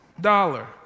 Dollar